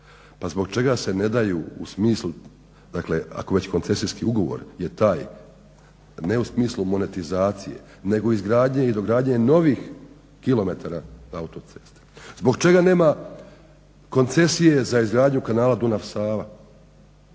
pa zbog čega se ne daju u smislu, dakle ako već koncesijski ugovor je taj ne u smislu monetizacije nego izgradnje i dogradnje novih kilometara autoceste, zbog čega nema koncesije za izgradnju kanala Dunav-Sava